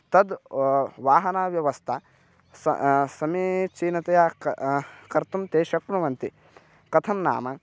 तद् वाहनाव्यवस्थां स समीचीनतया क कर्तुं ते शक्नुवन्ति कथं नाम